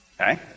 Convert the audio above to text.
Okay